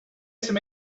some